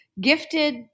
gifted